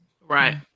right